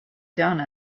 done